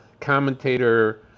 commentator